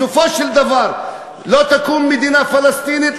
בסופו של דבר, לא תקום מדינה פלסטינית,